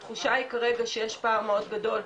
התחושה היא כרגע שיש פער מאוד גדול,